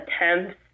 attempts